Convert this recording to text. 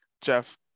Jeff